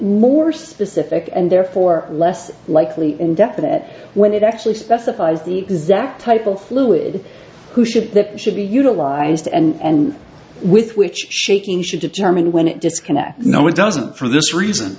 more specific and therefore less likely definite when it actually specifies the exact type of fluid who ship that should be utilized and with which shaking should determine when it disconnects no it doesn't for this reason